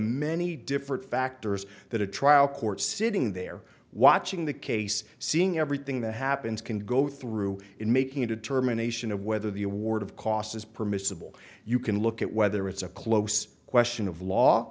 many different factors that a trial court sitting there watching the case seeing everything that happens can go through in making a determination of whether the award of costs is permissible you can look at whether it's a close question of law